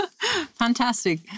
Fantastic